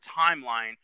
timeline